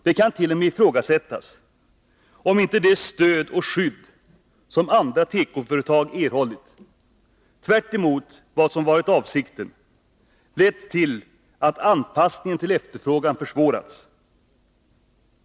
Det kan t.o.m. ifrågasättas om inte det stöd och skydd som andra tekoföretag erhållit, tvärtemot vad som varit avsikten lett till att en anpassning till efterfrågan försvårats.